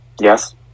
Yes